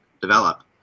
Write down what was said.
develop